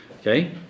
Okay